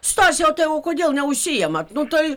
stase o tai o kodėl neužsiimat nu tai